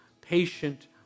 patient